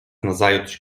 nazajutrz